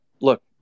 look